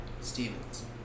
Stevens